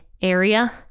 area